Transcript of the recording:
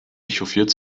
echauffiert